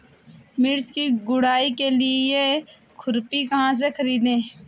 मिर्च की गुड़ाई के लिए खुरपी कहाँ से ख़रीदे?